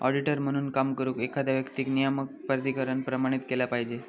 auditor म्हणून काम करुक, एखाद्या व्यक्तीक नियामक प्राधिकरणान प्रमाणित केला पाहिजे